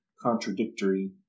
contradictory